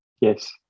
Yes